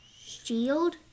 Shield